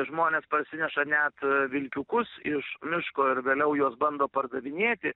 žmonės parsineša net vilkiukus iš miško ir vėliau juos bando pardavinėti